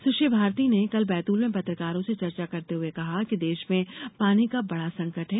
सुश्री भारती ने कल बैतूल में पत्रकारों से चर्चा करते हुए कहा कि देश में पानी का बड़ा संकट है